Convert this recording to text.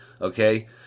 okay